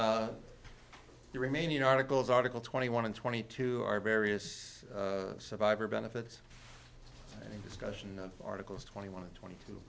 the remaining articles article twenty one and twenty two are various survivor benefits and discussion of articles twenty one twenty two